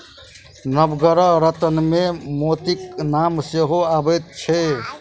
नवग्रह रत्नमे मोतीक नाम सेहो अबैत छै